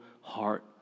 heart